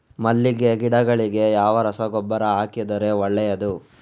ಮಲ್ಲಿಗೆ ಗಿಡಗಳಿಗೆ ಯಾವ ರಸಗೊಬ್ಬರ ಹಾಕಿದರೆ ಒಳ್ಳೆಯದು?